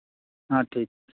ᱦᱮᱸ ᱴᱷᱤᱠ